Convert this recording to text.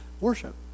worship